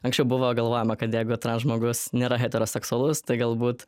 anksčiau buvo galvojama kad jeigu transžmogus nėra heteroseksualus tai galbūt